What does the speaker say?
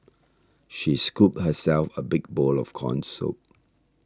she scooped herself a big bowl of Corn Soup